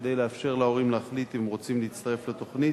כדי לאפשר להורים להחליט אם רוצים להצטרף לתוכנית.